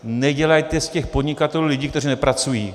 Nedělejte z těch podnikatelů lidi, kteří nepracují.